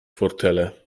fortele